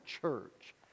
church